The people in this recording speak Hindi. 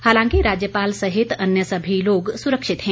हालांकि राज्यपाल सहित अन्य सभी लोग सुरक्षित हैं